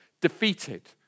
defeated